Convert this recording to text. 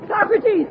Socrates